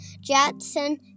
Jackson